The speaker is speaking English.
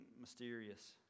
mysterious